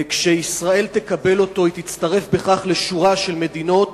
כשישראל תקבל אותו היא תצטרף לשורה של מדינות